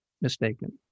mistaken